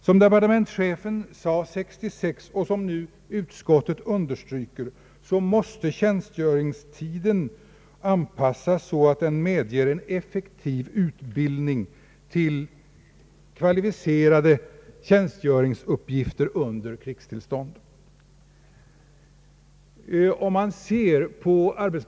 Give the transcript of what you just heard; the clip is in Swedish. Som departementschefen sade 1966 och som nu utskottet understryker måste tjänstgöringstiden anpassas så att den medger effektiv utbildning till kvalificerade tjänstgöringsuppgifter under krigstillstånd.